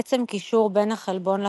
עצם קישור בין החלבון לקולטן,